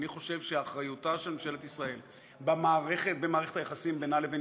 אני חושב שאחריותה של ממשלת ישראל במערכת היחסים בינה לבין